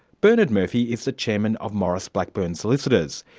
bernard murphy is the chairman of maurice blackburn solicitors.